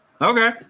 okay